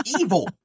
evil